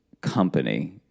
company